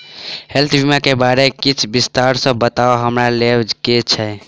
Health बीमा केँ बारे किछ विस्तार सऽ बताउ हमरा लेबऽ केँ छयः?